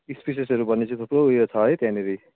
इस्पेसिसहरू भने पछि थुप्रो उयो छ है त्यहाँनेरि